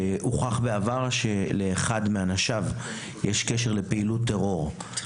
שהוכח בעבר שלאחד מאנשיו יש קשר לפעילות טרור,